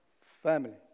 family